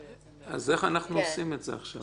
איך אנחנו עושים את זה עכשיו?